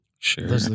Sure